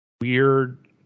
Weird